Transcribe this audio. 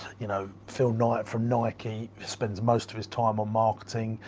you know, phil knight, from nike spends most of his time on marketing.